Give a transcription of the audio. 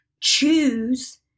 choose